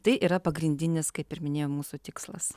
tai yra pagrindinis kaip ir minėjom mūsų tikslas